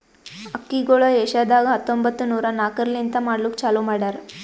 ಅಕ್ಕಿಗೊಳ್ ಏಷ್ಯಾದಾಗ್ ಹತ್ತೊಂಬತ್ತು ನೂರಾ ನಾಕರ್ಲಿಂತ್ ಮಾಡ್ಲುಕ್ ಚಾಲೂ ಮಾಡ್ಯಾರ್